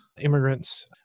immigrants